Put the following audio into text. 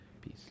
peace